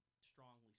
strongly